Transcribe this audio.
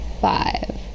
Five